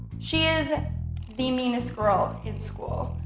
she is the meanest girl in school.